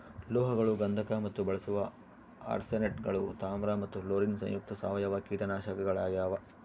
ಲೋಹಗಳು ಗಂಧಕ ಮತ್ತು ಬಳಸುವ ಆರ್ಸೆನೇಟ್ಗಳು ತಾಮ್ರ ಮತ್ತು ಫ್ಲೋರಿನ್ ಸಂಯುಕ್ತ ಸಾವಯವ ಕೀಟನಾಶಕಗಳಾಗ್ಯಾವ